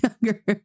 younger